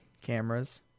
cameras